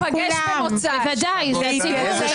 --- להיפגש במוצאי שבת.